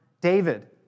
David